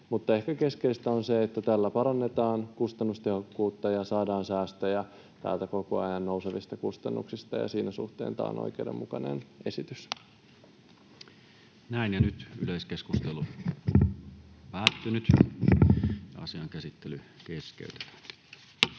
ehkä keskeistä on se, että tällä parannetaan kustannustehokkuutta ja saadaan säästöjä täältä koko ajan nousevista kustannuksista, ja siinä suhteessa tämä on oikeudenmukainen esitys. [Speech 329] Speaker: Toinen